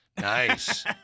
Nice